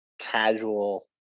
casual